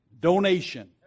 donation